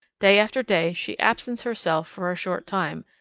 day after day she absents herself for a short time,